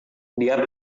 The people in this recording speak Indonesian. dia